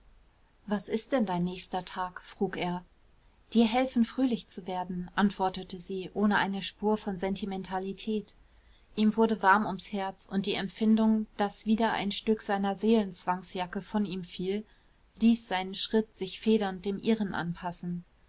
was ist denn dein nächster tag frug er dir helfen fröhlich zu werden antwortete sie ohne eine spur von sentimentalität ihm wurde warm ums herz und die empfindung daß wieder ein stück seiner seelenzwangsjacke von ihm fiel ließ seinen schritt sich federnd dem ihren anpassen